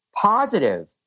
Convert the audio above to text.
positive